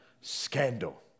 Scandal